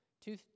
Two